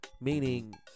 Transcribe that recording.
meaning